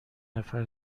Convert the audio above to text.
نفر